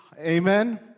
Amen